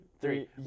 three